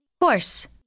Horse